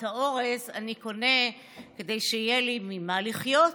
את האורז אני קונה כדי שיהיה לי ממה לחיות,